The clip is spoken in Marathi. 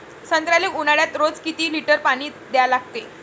संत्र्याले ऊन्हाळ्यात रोज किती लीटर पानी द्या लागते?